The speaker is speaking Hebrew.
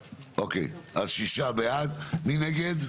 שישה, מי נגד?